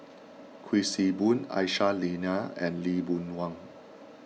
Kuik Swee Boon Aisyah Lyana and Lee Boon Wang